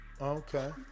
Okay